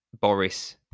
Boris